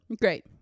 great